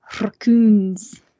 Raccoons